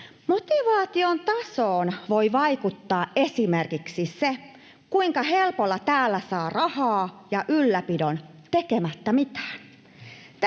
Motivaation tasoon voi vaikuttaa esimerkiksi se, kuinka helpolla täällä saa rahaa ja ylläpidon tekemättä mitään.